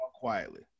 quietly